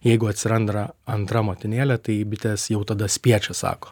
jeigu atsiranda antra motinėlė tai bitės jau tada spiečius sako